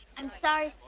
i'm sorry,